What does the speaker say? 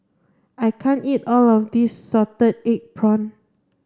I can't eat all of this salted egg prawn